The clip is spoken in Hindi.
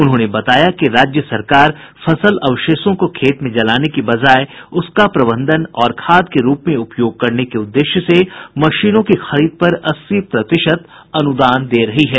उन्होंने बताया कि राज्य सरकार फसल अवशेषों को खेत में जलाने की बजाय उसका प्रबंधन और खाद के रूप में उपयोग करने के उद्देश्य से मशीनों की खरीद पर अस्सी प्रतिशत अनुदान दे रही है